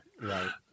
Right